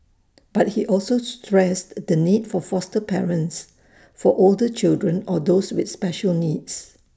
but he also stressed the need for foster parents for older children or those with special needs